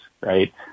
right